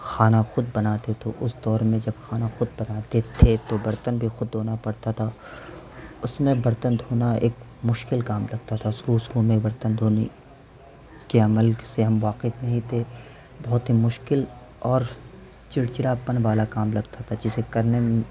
کھانا خود بناتے تو اس دور میں جب کھانا خود بناتے تھے تو برتن بھی خود دھونا پڑتا تھا اس میں برتن دھونا ایک مشکل کام لگتا تھا شروع شروع میں برتن دھونے کے عمل سے ہم واقف نہیں تھے بہت ہی مشکل اور چڑچڑا پن والا کام لگتا تھا جسے کرنے